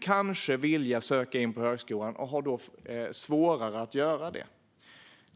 kanske skulle vilja söka in på högskolan och då har svårare att göra det.